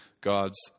God's